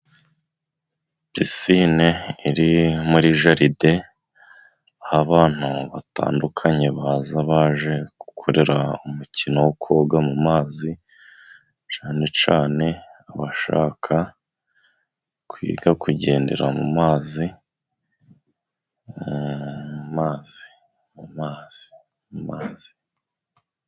Pisine iri muri jalide, aho abantu batandukanye baza baje gukorera umukino wo koga mu mazi, cyane cyane abashaka kwiga kugendera mu mazi ,mu mazi ,mu mazi ,mu mazi.